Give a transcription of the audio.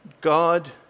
God